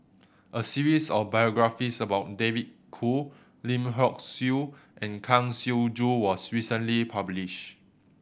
a series of biographies about David Kwo Lim Hock Siew and Kang Siong Joo was recently publish